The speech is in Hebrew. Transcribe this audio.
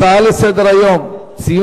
הצעות לסדר-היום מס' 3788,